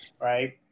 right